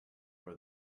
for